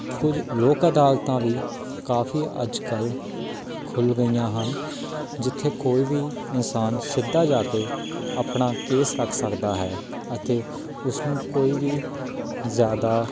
ਕੁਝ ਲੋਕ ਅਦਾਲਤਾਂ ਵੀ ਕਾਫ਼ੀ ਅੱਜ ਕੱਲ੍ਹ ਖੁੱਲ੍ਹ ਗਈਆਂ ਹਨ ਜਿੱਥੇ ਕੋਈ ਵੀ ਇਨਸਾਨ ਸਿੱਧਾ ਜਾ ਕੇ ਆਪਣਾ ਕੇਸ ਰੱਖ ਸਕਦਾ ਹੈ ਅਤੇ ਉਸਨੂੰ ਕੋਈ ਵੀ ਜ਼ਿਆਦਾ